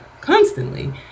constantly